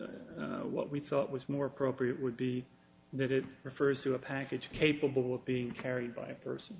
what we thought was more appropriate would be that it refers to a package capable of being carried by a person